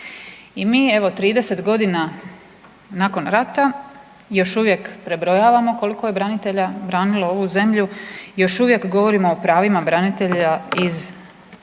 I mi evo 30 godina nakon rata još uvijek prebrojavamo koliko je branitelja branilo ovu zemlju, još uvijek govorimo o pravima branitelja iz